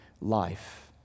life